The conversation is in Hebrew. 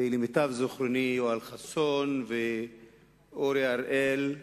ולמיטב זיכרוני יואל חסון ואורי אריאל,